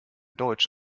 deutsch